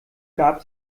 gab